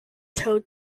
towed